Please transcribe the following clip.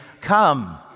Come